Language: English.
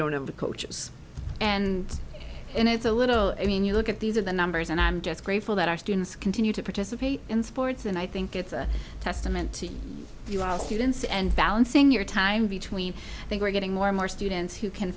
don't have the coaches and it's a little mean you look at these are the numbers and i'm just grateful that our students continue to participate in sports and i think it's a testament to balancing your time between i think we're getting more and more students who can